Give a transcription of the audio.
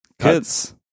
Kids